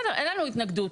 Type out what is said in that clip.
אין לנו התנגדות,